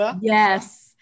yes